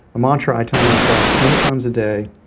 a mantra i tell myself many times a day.